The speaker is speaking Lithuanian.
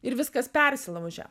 ir viskas persilaužė